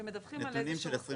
כן.